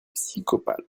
psychopathe